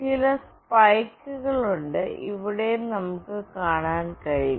ചില സ്പൈക്കുകളുണ്ട് ഇവിടെയും നമുക്ക് കാണാൻ കഴിയും